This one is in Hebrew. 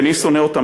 איני שונא אותם,